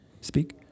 Speak